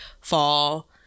fall